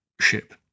ship